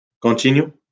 continue